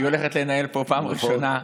היא הולכת לנהל פה בפעם הראשונה.